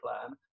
plan